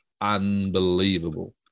unbelievable